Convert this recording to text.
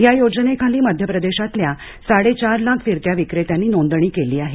या योजनेखाली मध्यप्रदेशातल्या साडेचार लाख फिरत्या विक्रेत्यांनी नोंदणी केली आहे